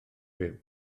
byw